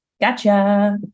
Gotcha